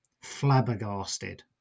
flabbergasted